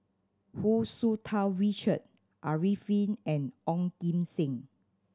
Hu Tsu Tau Richard Arifin and Ong Kim Seng